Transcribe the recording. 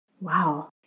Wow